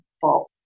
fault